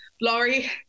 Laurie